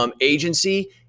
agency